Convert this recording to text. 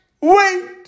wait